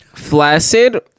flaccid